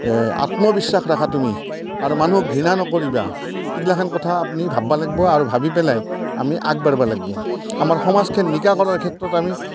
আত্মবিশ্বাস ৰাখা তুমি আৰু মানুহক ঘৃণা নকৰিবা এইগিলাখান কথা আপুনি ভাবিব লাগিব আৰু ভাবি পেলাই আমি আগবাঢ়িব লাগিব আমাৰ সমাজখেন নিকা কৰাৰ ক্ষেত্ৰত আমি